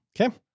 Okay